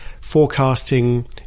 forecasting